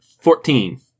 Fourteen